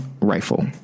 rifle